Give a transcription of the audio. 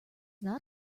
not